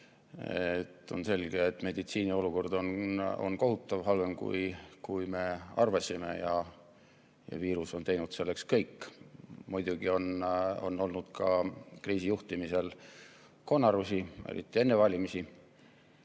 On selge, et meditsiini olukord on kohutav, halvem, kui me arvasime, ja viirus on teinud selleks kõik. Muidugi on olnud ka kriisi juhtimisel konarusi, eriti enne valimisi.